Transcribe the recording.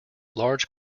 large